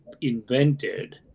invented